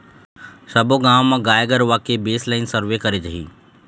सब्बो गाँव म गाय गरुवा के बेसलाइन सर्वे करे जाही